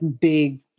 big